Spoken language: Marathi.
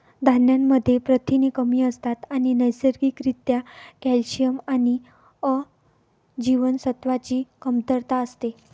धान्यांमध्ये प्रथिने कमी असतात आणि नैसर्गिक रित्या कॅल्शियम आणि अ जीवनसत्वाची कमतरता असते